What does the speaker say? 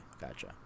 Gotcha